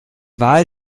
wahl